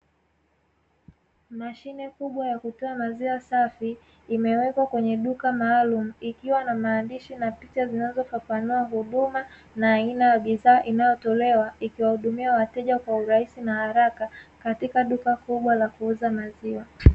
Mashine kubwa ya kutoa maziwa safi imewekwa kwenye duka maalumu, ikiwa na maandishi na picha zinazofafanua huduma na aina ya bidhaa inayotolewa, ikiwahudumia wateja kwa urahisi na haraka, katika duka kubwa la kuuza maziwa.